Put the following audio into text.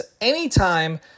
anytime